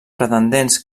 pretendents